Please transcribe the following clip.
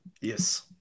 Yes